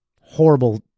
Horrible